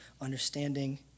understanding